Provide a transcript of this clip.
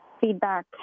feedback